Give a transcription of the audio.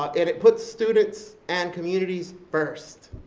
and it puts students and communities first,